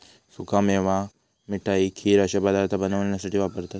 सुका मेवा मिठाई, खीर अश्ये पदार्थ बनवण्यासाठी वापरतत